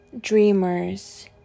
Dreamers